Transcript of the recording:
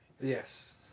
Yes